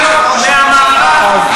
מהמערך,